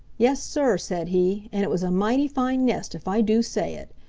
yes, sir, said he, and it was a mighty fine nest, if i do say it.